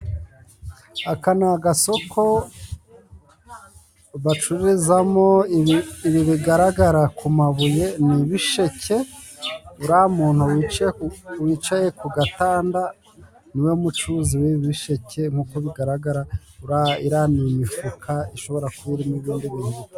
Aka ni agasoko bacururizamo. Ibi bigaragara ku mabuye ni ibisheke. Uriya muntu wicaye ku gatanda ni we mucuruzi w'ibisheke. Nk'uko bigaragara iriya ni imifuka ishobora kuba irimo ibindi bintu.